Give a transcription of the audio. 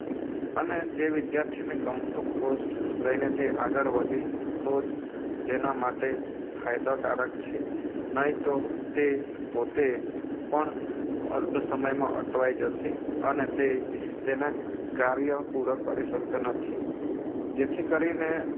અને જે વિદ્યાર્થીને ગમતો કોર્સ લઈને તે આગળ વધે તો જ તેના માટે ફાયદાકારક છે નહીં તો તે પોતે પણ અર્ધ સમયમાં અટવાઈ જશે અને તે તેના કાર્ય પૂરા કરી શકતા નથી જેથી કરીને